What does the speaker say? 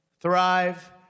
thrive